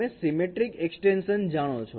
તમે symmetric extension જાણો છો